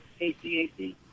ACAC